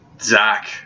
Zach